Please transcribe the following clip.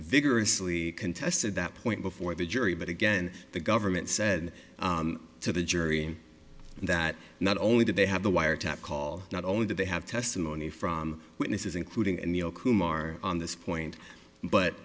vigorously contested that point before the jury but again the government said to the jury that not only did they have the wiretap call not only did they have testimony from witnesses including kumar on this point but